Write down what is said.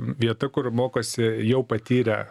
vieta kur mokosi jau patyrę